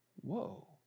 Whoa